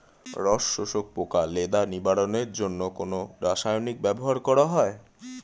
রস শোষক পোকা লেদা নিবারণের জন্য কোন রাসায়নিক ব্যবহার করা হয়?